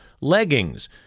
leggings